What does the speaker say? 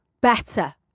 Better